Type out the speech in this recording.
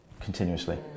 continuously